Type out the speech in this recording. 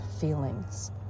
feelings